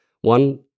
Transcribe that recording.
one